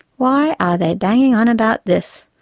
why are they banging on about this?